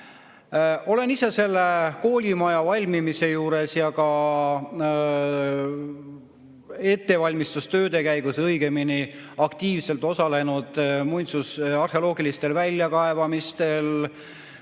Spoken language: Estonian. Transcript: Olen ise selle koolimaja valmimise juures, õigemini ettevalmistustööde käigus aktiivselt osalenud arheoloogilistel väljakaevamistel,